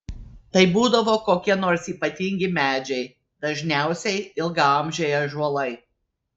tai būdavo kokie nors ypatingi medžiai dažniausiai ilgaamžiai ąžuolai